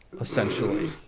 essentially